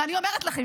ואני אומרת לכם,